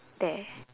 there